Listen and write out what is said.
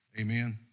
Amen